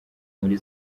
muri